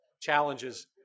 challenges